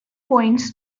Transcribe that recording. points